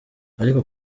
ariko